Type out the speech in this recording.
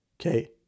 okay